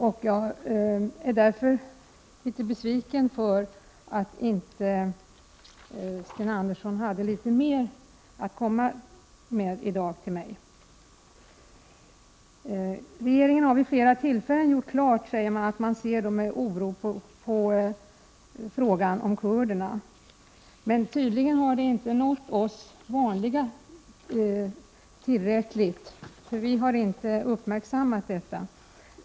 Jag är därför litet besviken över att Sten Andersson inte hade litet mer att komma med i dag. Regeringen har vid flera tillfällen, säger man, gjort klart att man ser med oro på frågan om kurderna. Tydligen har detta inte nått oss lekmän tillräckligt, för vi har inte uppmärksammat det.